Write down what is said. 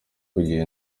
kugira